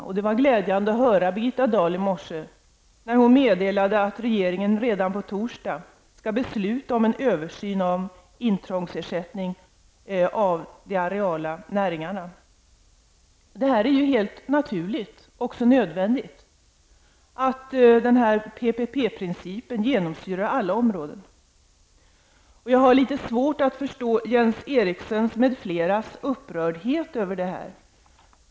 Det var mycket glädjande att höra Birgitta Dahl i morse meddela att regeringen redan på torsdag skall besluta om en översyn av intrångsersättning inom de areella näringarna. Det är helt naturligt och också nödvändigt att PPP-principen genomsyrar hela området. Jag har litet svårt att förstå Jens Erikssons m.fl. upprördhet.